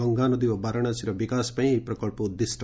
ଗଙ୍ଗାନଦୀ ଓ ବାରାଣାସୀର ବିକାଶ ପାଇଁ ଏହି ପ୍ରକଳ୍ପ ଉଦ୍ଦିଷ୍ଟ